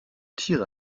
tiere